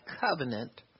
covenant